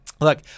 Look